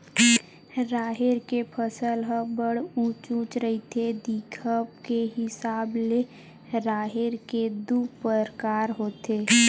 राहेर के फसल ह बड़ उँच उँच रहिथे, दिखब के हिसाब ले राहेर के दू परकार होथे